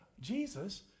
Jesus